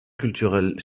culturel